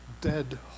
dead